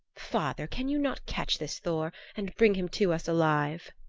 father, can you not catch this thor and bring him to us alive?